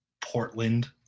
Portland